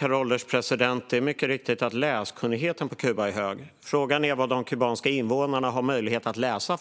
Herr ålderspresident! Det är mycket riktigt att läskunnigheten på Kuba är hög. Frågan är vad de kubanska invånarna har möjlighet att läsa.